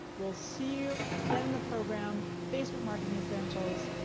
we'll see you in the program, facebook marketing essentials,